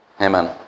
Amen